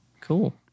Cool